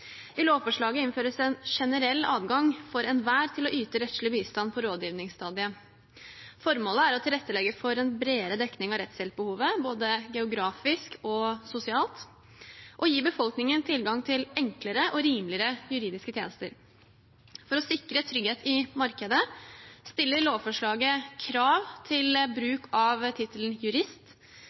I lovforslaget innføres en generell adgang for enhver til å yte rettslig bistand på rådgivningsstadiet. Formålet er å tilrettelegge for en bredere dekning av rettshjelpbehovet både geografisk og sosialt og gi befolkningen tilgang til enklere og rimeligere juridiske tjenester. For å sikre trygghet i markedet stiller lovforslaget krav til bruk av tittelen